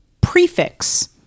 prefix